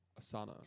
Asana